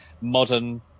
modern